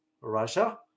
Russia